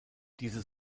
diese